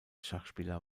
schachspieler